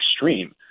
extreme